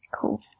Cool